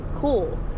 Cool